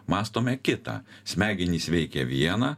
mąstome kita smegenys veikia viena